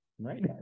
right